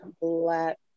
black